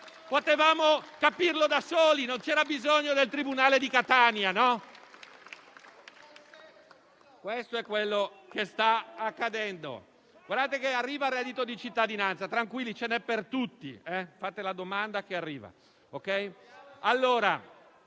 Potevamo capirlo da soli, non c'era bisogno del tribunale di Catania. Questo è quello che sta accadendo. Guardate che arriva il reddito di cittadinanza, tranquilli; ce n'è per tutti. Fate la domanda che arriva.